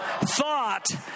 thought